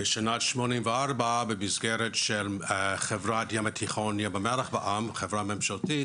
בשנת 1984 במסגרת של חברת ים התיכון ים המלח בע"מ חברה ממשלתית,